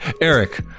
Eric